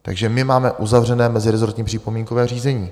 Takže my máme uzavřené meziresortní připomínkové řízení.